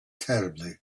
terribly